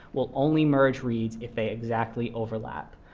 will only merge reads if they exactly overlap.